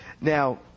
Now